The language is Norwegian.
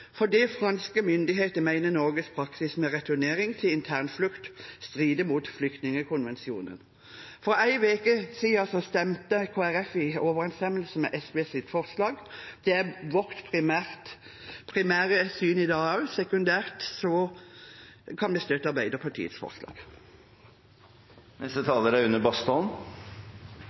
franske myndigheter mener Norges praksis med returnering til internflukt strider mot flyktningkonvensjonen. For én uke siden stemte Kristelig Folkeparti i overensstemmelse med SVs forslag. Det er vårt primære syn i dag også. Sekundært kan vi støtte Arbeiderpartiets